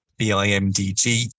BIMDG